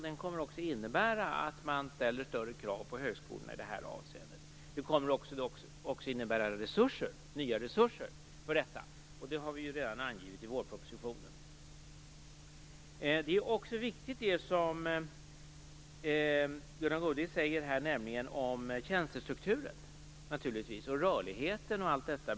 Den kommer också att innebära att man ställer större krav på högskolorna i det här avseendet. Den kommer dessutom att innebära nya resurser. Det har vi redan angivit i vårpropositionen. Viktigt är också det som Gunnar Goude tar upp, nämligen tjänstestrukturen och rörligheten.